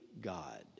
God